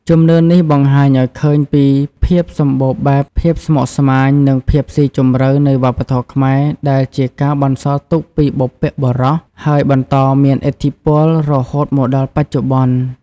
ជំនឿនេះបង្ហាញឲ្យឃើញពីភាពសម្បូរបែប ភាពស្មុគស្មាញ និងភាពស៊ីជម្រៅនៃវប្បធម៌ខ្មែរ ដែលជាការបន្សល់ទុកពីបុព្វបុរស ហើយបន្តមានឥទ្ធិពលរហូតមកដល់បច្ចុប្បន្ន។